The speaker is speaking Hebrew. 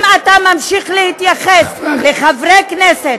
אם אתה ממשיך להתייחס לחברי כנסת